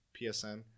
PSN